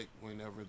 whenever